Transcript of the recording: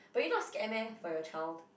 but you not scared meh for your child